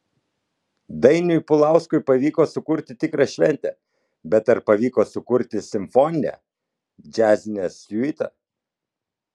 dainiui pulauskui pavyko sukurti tikrą šventę bet ar pavyko sukurti simfoninę džiazinę siuitą